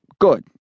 good